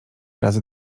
razy